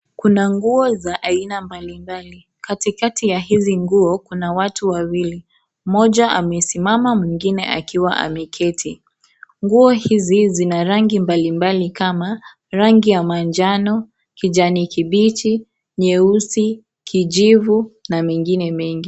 Kuna nguo za aina mbalimbali katikati ya hizi nguo kuna watu wawili , mmoja amesimama mwingine akiwa ameketi . Nguo hizi zina rangi mbalimbali kama rangi ya manjano, kijani kibichi, nyeusi, kijivu na mengine mengi.